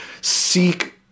seek